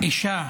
אישה